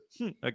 okay